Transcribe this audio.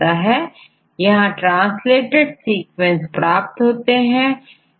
यहां translated sequence प्राप्त होते हैं